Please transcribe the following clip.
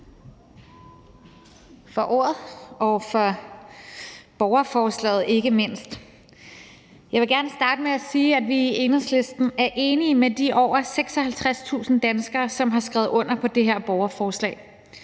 mindst for borgerforslaget. Jeg vil gerne starte med at sige, at vi i Enhedslisten er enige med de over 56.000 danskere, som har skrevet under på det her borgerforslag.